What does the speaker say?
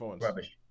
rubbish